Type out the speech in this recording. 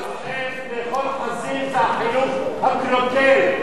מי שדוחף לאכול חזיר זה החינוך הקלוקל,